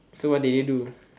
so what did they do